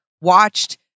watched